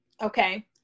Okay